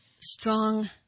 strong